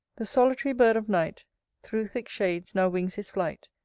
the solitary bird of night thro' thick shades now wings his flight,